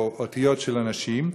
או אותיות של אנשים,